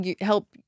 help